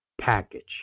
package